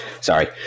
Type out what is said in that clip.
sorry